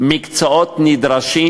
מקצועות נדרשים,